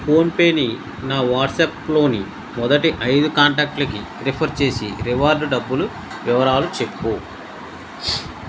ఫోన్పేని నా వాట్సాప్లోని మొదటి ఐదు కాంటాక్టులకి రిఫర్ చేసి రివార్డు డబ్బులు వివరాలు చెప్పు